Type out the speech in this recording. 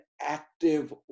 active